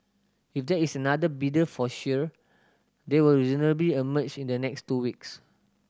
if there is another bidder for Shire they will reasonably emerge in the next two weeks